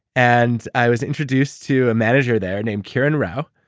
and i was introduced to a manager there named kiran rao,